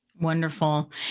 Wonderful